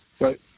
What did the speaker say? Right